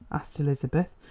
asked elizabeth,